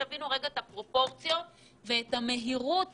תבינו את הפרופורציות ואת המהירות